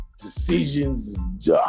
decisions